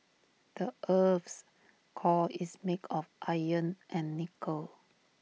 the Earth's core is made of iron and nickel